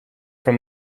from